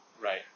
Right